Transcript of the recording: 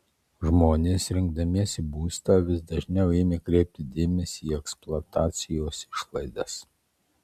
žmonės rinkdamiesi būstą vis dažniau ėmė kreipti dėmesį į eksploatacijos išlaidas